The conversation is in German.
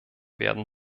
werden